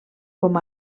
com